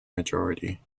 majority